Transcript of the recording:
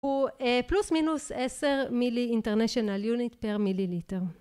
הוא פלוס מינוס עשר מילי אינטרנשיונל יוניט פר מילי ליטר.